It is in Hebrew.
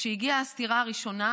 וכשהגיעה הסטירה הראשונה